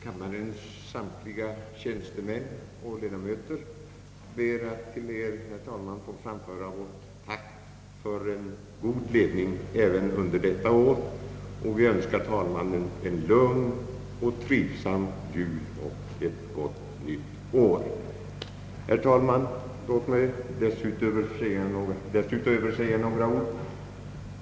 Kammarens samtliga tjänstemän och ledamöter ber till Er, herr talman, få framföra vårt tack för en god ledning även under detta år. Vi önskar herr talmannen en lugn och trivsam jul och ett gott nytt år. Herr talman! Låt mig därutöver anföra ännu några ord.